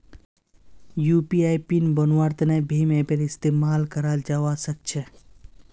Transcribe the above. UPI pin बन्वार तने भीम ऐपेर इस्तेमाल कराल जावा सक्छे